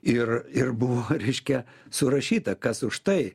ir ir buvo reiškia surašyta kas už tai